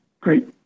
great